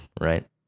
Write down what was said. right